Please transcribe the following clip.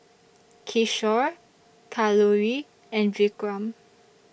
Kishore Kalluri and Vikram